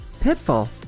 pitfall